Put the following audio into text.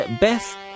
Beth